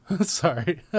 sorry